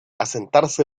asentarse